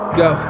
go